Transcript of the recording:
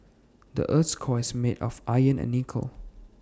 the Earth's core is made of iron and nickel